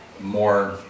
more